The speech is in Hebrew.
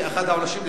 כאחד העונשים,